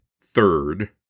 third